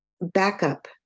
backup